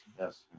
yes